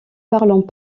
parlons